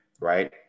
right